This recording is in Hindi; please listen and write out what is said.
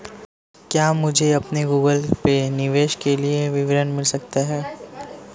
क्या मुझे अपने गूगल पे निवेश के लिए विवरण मिल सकता है?